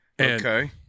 Okay